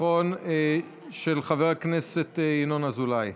של חבר הכנסת ינון אזולאי.